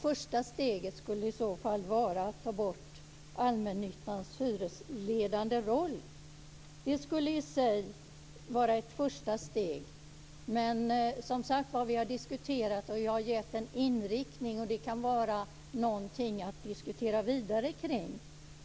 Första steget skulle i så fall vara att ta bort allmännyttans hyresledande roll. Det skulle i sig vara ett första steg. Vi har diskuterat detta, och jag har gett en inriktning. Det kan vara någonting att diskutera vidare kring.